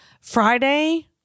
Friday